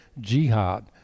jihad